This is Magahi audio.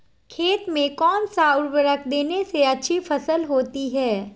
खेत में कौन सा उर्वरक देने से अच्छी फसल होती है?